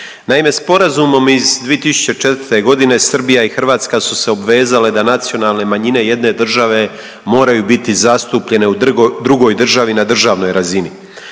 Naime, sporazumom iz 2004. godine Srbija i Hrvatska su se obvezale da nacionalne manjine jedne države moraju biti zastupljene u drugoj državi na državnoj razini.